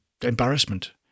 embarrassment